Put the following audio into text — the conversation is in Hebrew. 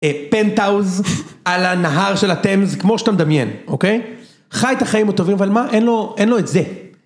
פנטאוז על הנהר של הטמז, כמו שאתה מדמיין, אוקיי? חי את החיים הטובים, ועל מה? אין לו את זה.